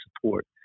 support